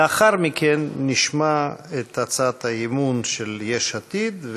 לאחר מכן נשמע את הצעת האי-אמון של יש עתיד,